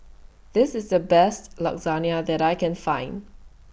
This IS The Best Lasagna that I Can Find